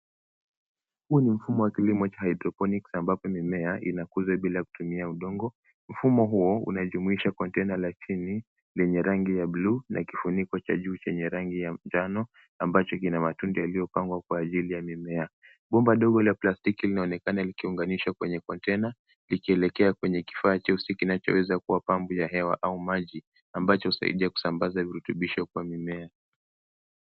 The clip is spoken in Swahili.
Huu ni mfumo wa kilimo cha hydroponics ambapo mimea inakuzwa bila kutumia udongo. Mfumo huo unajumuisha kontena la tini lenye rangi ya buluu na kifuniko cha juu chenye rangi ya njano ambacho kina matundu yaliyopangwa kwa ajili ya mimea. Bomba dogo la plastiki linaonekana likiunganishwa kwenye kontena likielekea kwenye kifaa cheusi kinachoweza kuwa pampu ya hewa au maji ambacho husaidia kusambaza virutubisho kwa mimea.